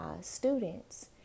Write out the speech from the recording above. students